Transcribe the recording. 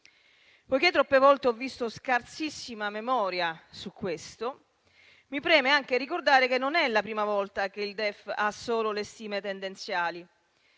Poiché troppe volte ho visto scarsissima memoria su questo, mi preme anche ricordare che non è la prima volta che il DEF ha solo le stime tendenziali: